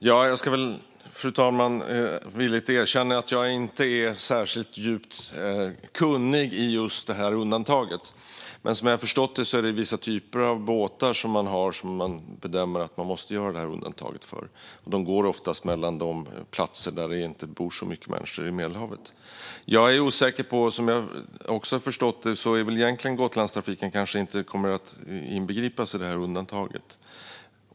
Fru talman! Jag ska villigt erkänna att jag inte är särskilt djupt kunnig i just det undantaget. Som jag har förstått det är det vissa typer av båtar som man bedömer att man måste göra undantag för. De går oftast mellan de platser i Medelhavet där det inte bor så många människor. Som jag också har förstått det kommer Gotlandstrafiken inte att inbegripas i undantaget.